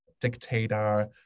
dictator